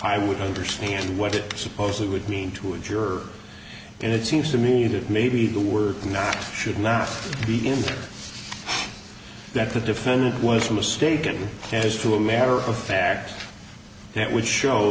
i would understand what it suppose it would mean to a juror and it seems to me that maybe the word now should not be in that the defendant was mistaken as to a matter of fact that would show